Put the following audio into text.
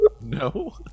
No